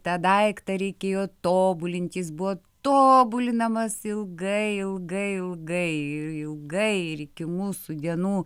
tą daiktą reikėjo tobulinti jis buvo tobulinamas ilgai ilgai ilgai ir ilgai ir iki mūsų dienų